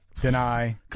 deny